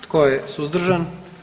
Tko je suzdržan?